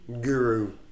guru